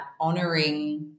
honoring